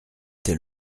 tes